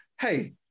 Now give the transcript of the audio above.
hey